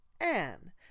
Anne